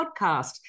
Podcast